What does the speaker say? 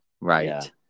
Right